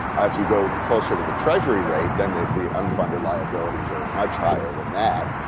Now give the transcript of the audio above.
ah if you go closer to the treasury rate then the the unfunded liabilities are much higher than that,